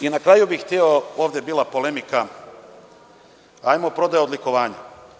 I na kraju, hteo bih, ovde je bila polemika, 'ajmo prodaja odlikovanja.